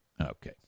Okay